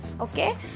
okay